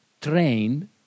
trained